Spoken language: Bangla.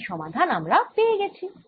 এই সমাধান আমরা পেয়ে গেছি